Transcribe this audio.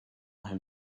him